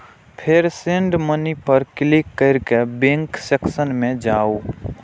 फेर send money पर click कैर के बैंक सेक्शन मे जाउ